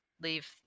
leave